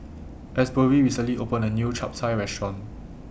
Asbury recently opened A New Chap Chai Restaurant